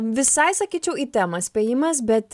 visai sakyčiau į temą spėjimas bet